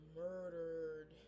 murdered